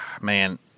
Man